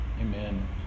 Amen